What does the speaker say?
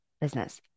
business